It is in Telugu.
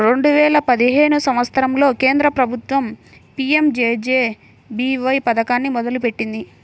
రెండేల పదిహేను సంవత్సరంలో కేంద్ర ప్రభుత్వం పీయంజేజేబీవై పథకాన్ని మొదలుపెట్టింది